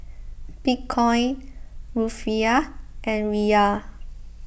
Bitcoin Rufiyaa and Riyal